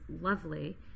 lovely